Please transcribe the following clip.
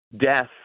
death